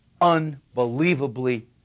Unbelievably